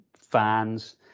fans